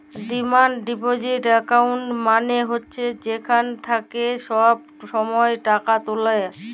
demand deposit account মালে হছে যেখাল থ্যাইকে ছব ছময় টাকা তুলে